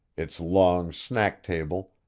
its long snack table,